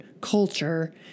culture